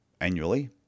annually